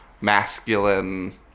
Masculine